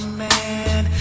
man